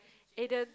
Aden